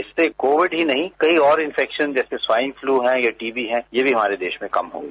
इससे कोविड ही नहीं कई और इन्फेक्शन जैसे स्वाईन फ्लू है या टीबी है ये भी हमारे देश में कम होंगी